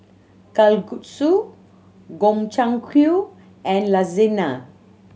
Kalguksu Gobchang and Lasagne